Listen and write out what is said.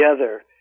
together